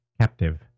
captive